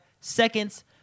seconds